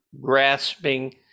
grasping